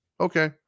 Okay